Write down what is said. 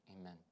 Amen